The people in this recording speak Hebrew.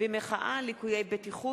במחאה על ליקויי בטיחות,